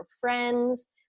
friends